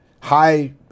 high